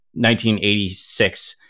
1986